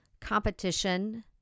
competition